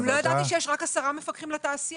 ולא ידעתי שיש רק עשרה מפקחים לתעשייה.